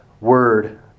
word